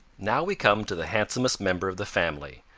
now we come to the handsomest member of the family,